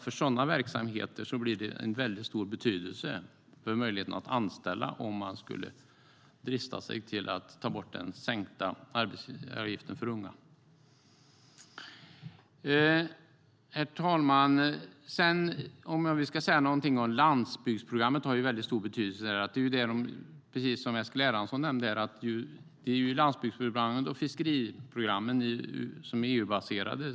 För sådana verksamheter är möjligheterna att anställa av väldigt stor betydelse, om man skulle drista sig till att ta bort den sänkta arbetsgivaravgiften för unga. Herr talman! Landsbygdsprogrammen har ju väldigt stor betydelse. Precis som Eskil Erlandsson nämnde här är det landsbygdsprogrammen och fiskeriprogrammen som är EU-baserade.